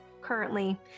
currently